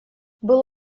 был